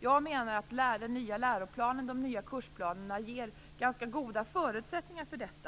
Jag menar att den nya läroplanen och de nya kursplanerna ger ganska goda förutsättningar för detta.